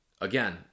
Again